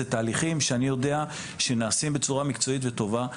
אלה תהליכים שאני יודע שנעשים בצורה מקצועית וטובה.